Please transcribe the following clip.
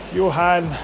Johan